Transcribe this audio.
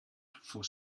for